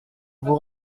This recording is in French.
vous